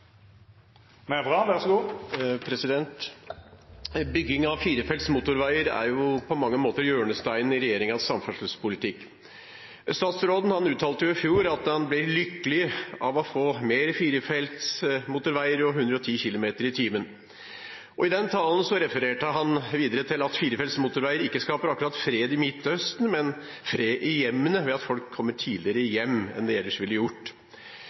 bra for bilistene, selv om Senterpartiet ikke har oppdaget det ennå. Bygging av firefelts motorveier er på mange måter hjørnesteinen i regjeringens samferdselspolitikk. Statsråden uttalte i fjor at han ble lykkelig av å få flere firefelts motorveier og 110 km/t. I den talen refererte han videre til at firefelts motorveier ikke akkurat skaper fred i Midtøsten, men fred i hjemmene ved at folk kommer tidligere hjem enn de ellers ville gjort.